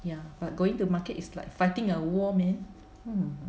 ya but going to market is like fighting a war man